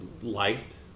liked